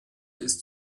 ist